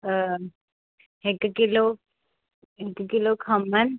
त हिकु किलो हिकु किलो खमण